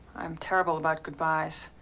i'm terrible about good-byes.